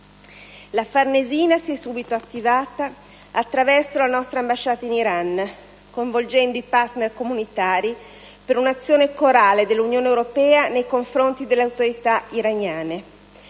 La Farnesina si è subito attivata, attraverso la nostra ambasciata in Iran, coinvolgendo i partner comunitari per un'azione corale dell'Unione europea nei confronti delle autorità iraniane.